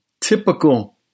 typical